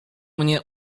mnie